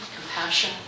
compassion